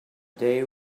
day